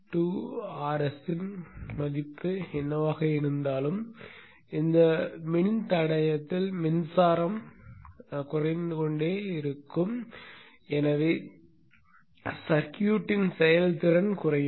Irms2Rs இன் மதிப்பு என்னவாக இருந்தாலும் இந்த மின்தடையத்தில் மின்சாரம் தொலைந்து கொண்டே இருக்கும் எனவே சர்க்யூட்டின் செயல்திறன் குறையும்